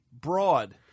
broad